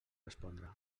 respondre